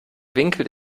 winkel